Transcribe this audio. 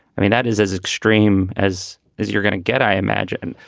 i mean, that is as extreme as is. you're gonna get, i imagine.